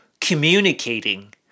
communicating